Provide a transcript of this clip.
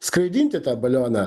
skraidinti tą balioną